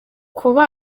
kuba